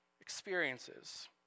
Experiences